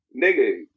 nigga